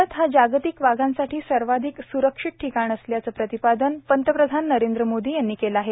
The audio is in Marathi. भारत देश हा जागतिक वाघांसाठी सर्वाधिक स्रक्षित ठिकाण असल्याचं प्रतिपादन पंतप्रधान नरेंद्र मोदी यांनी केलं आहे